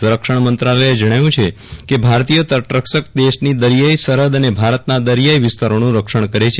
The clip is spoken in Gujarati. સંરક્ષણ મંત્રાલયે જણાવ્યું છે કે ભારતીય તટરક્ષક દળ દેશની દરિયાઈ સરફદ અને ભારતના દરિયાઈ વિસ્તારોનું રક્ષણ કરે છે